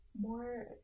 more